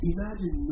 Imagine